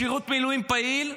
שירות מילואים פעיל,